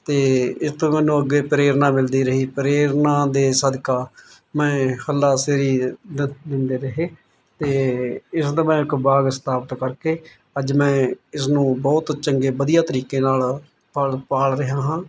ਅਤੇ ਇਸ ਤੋਂ ਮੈਨੂੰ ਅੱਗੇ ਪ੍ਰੇਰਨਾ ਮਿਲਦੀ ਰਹੀ ਪ੍ਰੇਰਨਾ ਦੇ ਸਦਕਾ ਮੈਂ ਹੱਲਾਸ਼ੇਰੀ ਦ ਦਿੰਦੇ ਰਹੇ ਅਤੇ ਇਸ ਦਾ ਮੈਂ ਇਕ ਬਾਗ ਸਥਾਪਿਤ ਕਰਕੇ ਅੱਜ ਮੈਂ ਇਸਨੂੰ ਬਹੁਤ ਚੰਗੇ ਵਧੀਆ ਤਰੀਕੇ ਨਾਲ ਪਾਲ ਪਾਲ ਰਿਹਾ ਹਾਂ